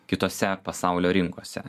kitose pasaulio rinkose